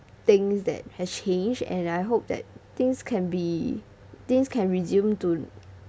things that has changed and I hope that things can be things can resume to